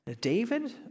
David